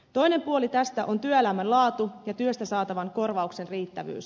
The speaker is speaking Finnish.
toinen puoli tässä on työelämän laatu ja työstä saatavan korvauksen riittävyys